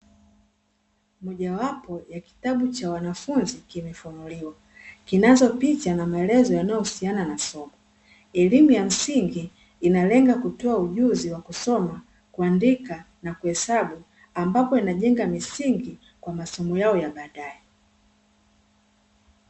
Moja wapo ya kitabu cha wanafunzi kimefunuliwa, kinazo picha na maelezo yanayohusiana na somo. Elimu ya msingi inalenga kutoa ujuzi wa kusoma, kuandika na kuhesabu, ambapo inajenga misingi kwa masomo yao ya baadaye.